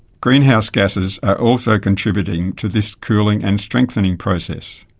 greenhouse gases are also contributing to this cooling and strengthening process.